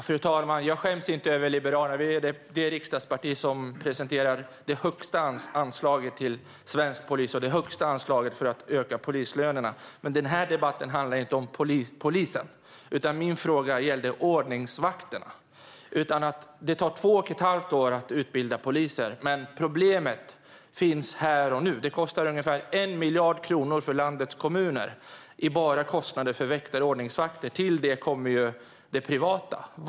Fru talman! Jag skäms inte över Liberalerna. Det är det riksdagsparti som presenterar det högsta anslaget till svensk polis och det högsta anslaget för att öka polislönerna. Men den här debatten handlar inte om polisen, utan min fråga gällde ordningsvakterna. Det tar två och ett halvt år att utbilda poliser, men problemen finns här och nu. Det kostar ungefär 1 miljard kronor för landets kommuner bara för väktare och ordningsvakter. Till detta kommer det privata.